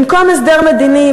במקום הסדר מדיני,